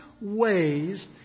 ways